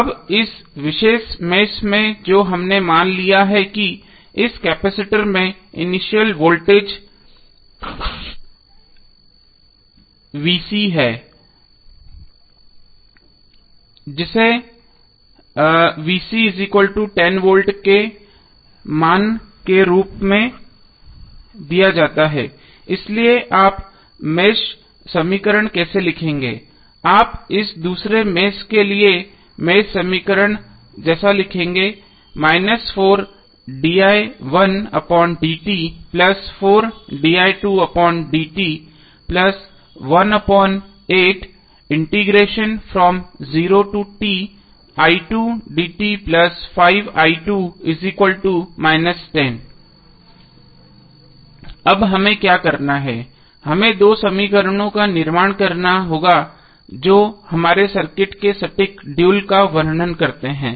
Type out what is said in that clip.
अब इस विशेष मेष में जो हमने मान लिया है कि इस कैपेसिटर में इनिशियल वोल्टेज है जिसे वोल्ट के मान के रूप में दिया जाता है इसलिए आप मेष समीकरण कैसे लिखेंगे आप इस दूसरे मेष के लिए मेष समीकरण जैसा लिखेंगे अब हमें क्या करना है हमें दो समीकरणों का निर्माण करना होगा जो हमारे सर्किट के सटीक ड्यूल का वर्णन करते हैं